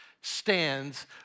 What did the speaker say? stands